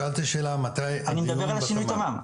שאלתי שאלה מתי הדיון בתמ"מ.